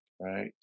Right